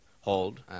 hold